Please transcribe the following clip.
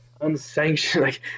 unsanctioned